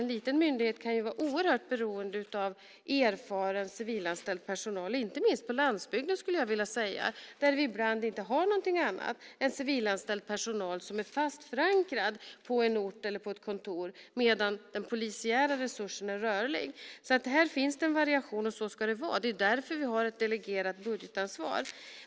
En liten myndighet kan vara oerhört beroende av erfaren civilanställd personal, inte minst på landsbygden, där vi ibland inte har någonting annat än civilanställd personal som är fast förankrad på en ort eller på ett kontor, medan den polisiära resursen är rörlig. Här finns det en variation, och så ska det vara. Det är därför vi har ett delegerat budgetansvar.